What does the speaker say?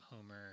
Homer